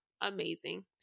amazing